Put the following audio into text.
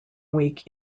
week